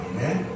Amen